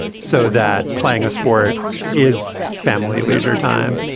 so that playing a sport is family leisure time.